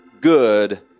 good